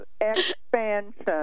Expansion